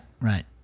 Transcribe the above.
right